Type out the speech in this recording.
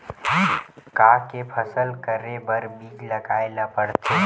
का के फसल करे बर बीज लगाए ला पड़थे?